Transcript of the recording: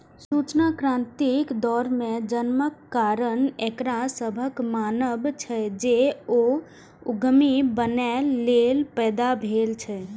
सूचना क्रांतिक दौर मे जन्मक कारण एकरा सभक मानब छै, जे ओ उद्यमी बनैए लेल पैदा भेल छै